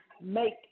make